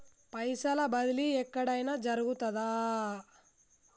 పైసల బదిలీ ఎక్కడయిన జరుగుతదా?